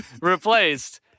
replaced